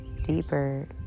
deeper